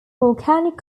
volcanic